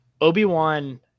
Obi-Wan